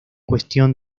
cuestión